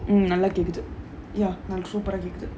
mm நல்லா கேக்குது:nallaa kekuthu > ya super ah கேக்குது:kekuthu